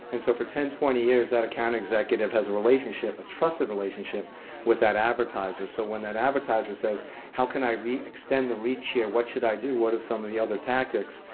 and so, for ten, twenty years, that account executive has a relationship, a trusted relationship with that advertiser. so when that advertiser says how can i re-extend the reach here, what should i do, what are some of the other tactics,